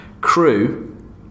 Crew